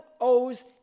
owes